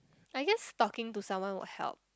I guess talking to someone will help